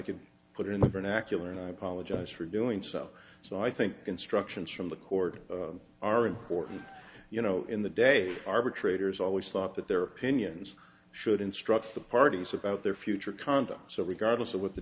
could put it in the vernacular and i apologize for doing so so i think instructions from the court are important you know in the days arbitrators always thought that their opinions should instruct the parties about their future conduct so regardless of what the